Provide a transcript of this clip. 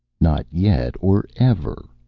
not yet or ever,